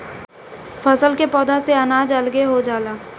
फसल के पौधा से अनाज अलगे हो जाला